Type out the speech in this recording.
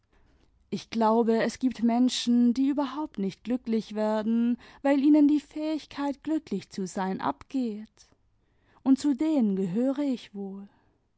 ich glaube es gibt menschen die überhaupt nicht glücklich werden weil ihnen die fähigkeit glücklich zu sein abgeht und zu denen gehöre ich wohl